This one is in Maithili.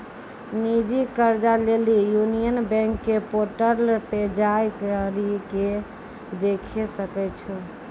निजी कर्जा लेली यूनियन बैंक के पोर्टल पे जाय करि के देखै सकै छो